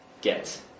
get